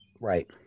Right